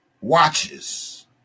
watches